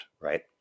right